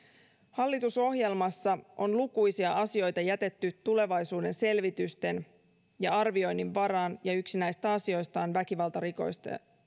hallitusohjelmassa on lukuisia asioita jätetty tulevaisuuden selvitysten ja arvioinnin varaan ja yksi näistä asioista on väkivaltarikosten